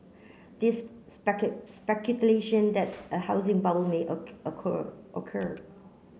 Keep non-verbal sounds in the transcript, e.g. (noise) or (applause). this (unintelligible) that a housing bubble may (unintelligible) occur